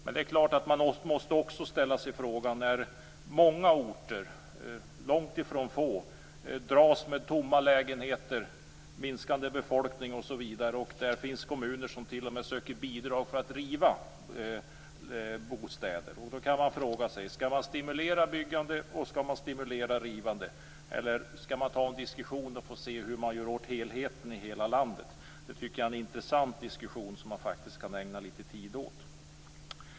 Men när många orter, långt ifrån få, dras med tomma lägenheter, minskande befolkning och det finns kommuner som t.o.m. söker bidrag för att riva bostäder måste man också ställa sig frågan: Skall man stimulera byggande, skall man stimulera rivande eller skall man ta en diskussion för att se vad man kan göra åt helheten i landet? Det tycker jag är en intressant diskussion som man faktiskt kan ägna litet tid åt.